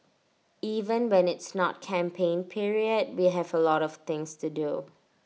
even when it's not campaign period we have A lot of things to do